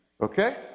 Okay